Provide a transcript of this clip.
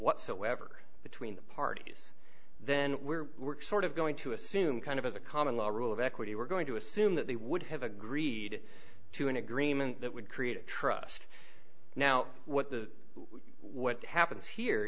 whatsoever between the parties then we're sort of going to assume kind of as a common law rule of equity we're going to assume that they would have agreed to an agreement that would create a trust now what the what happens here